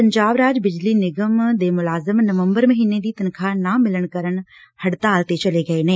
ਪੰਜਾਬ ਰਾਜ ਬਿਜਲੀ ਨਿਗਮ ਦੇ ਮੁਲਾਜ਼ਮ ਨਵੰਬਰ ਮਹੀਨੇ ਦੀ ਤਨਖਾਹ ਨਾ ਮਿਲਣ ਕਰਨ ਹੜਤਾਲ ਤੇ ਚਲੇ ਗਏ ਨੇ